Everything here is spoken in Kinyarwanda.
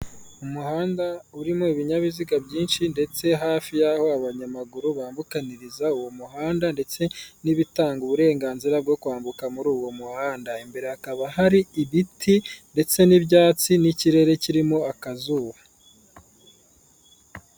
Umuhanda urimo ibinyabiziga byinshi, ndetse hafi yaho abanyamaguru bambukaniriza uwo muhanda, ndetse n'ibitanga uburenganzira bwo kwambuka muri uwo muhanda imbere hakaba hari ibiti ndetse n'ibyatsi n'ikirere kirimo akazuba.